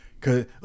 cause